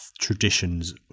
traditions